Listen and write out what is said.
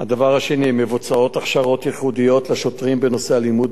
מבוצעות הכשרות ייחודיות לשוטרים בנושא אלימות במשפחה,